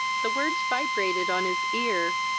the words vibrated on his ear,